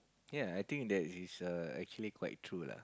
yea I think that it is err actually quite true lah